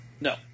No